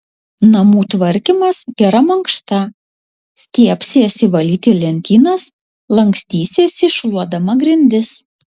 namų tvarkymas gera mankšta stiebsiesi valyti lentynas lankstysiesi šluodama grindis